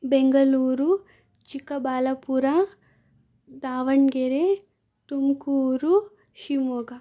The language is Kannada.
ಬೆಂಗಳೂರು ಚಿಕ್ಕಬಳ್ಳಾಪುರ ದಾವಣಗೆರೆ ತುಮಕೂರು ಶಿವಮೊಗ್ಗ